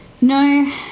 No